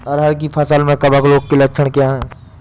अरहर की फसल में कवक रोग के लक्षण क्या है?